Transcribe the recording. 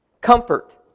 Comfort